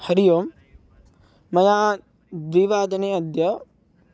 हरिः ओं मया द्विवादने अद्य